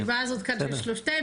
אבל הישיבה הזאת כאן של שלושתנו,